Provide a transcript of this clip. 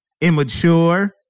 immature